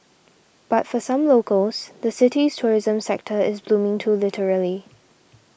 but for some locals the city's tourism sector is booming too literally